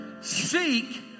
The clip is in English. seek